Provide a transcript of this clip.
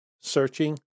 searching